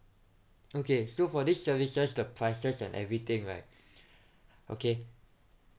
okay so for this service the prices and everything right okay